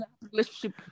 relationship